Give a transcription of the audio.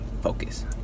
Focus